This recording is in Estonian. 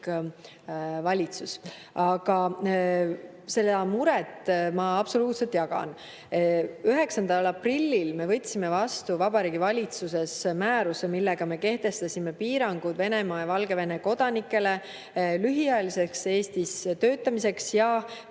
valitsus. Aga seda muret ma absoluutselt jagan. 9. aprillil me võtsime Vabariigi Valitsuses vastu määruse, millega me kehtestasime piirangud Venemaa ja Valgevene kodanikele lühiajaliseks Eestis töötamiseks ja